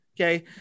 okay